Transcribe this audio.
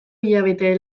hilabete